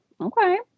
Okay